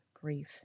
grief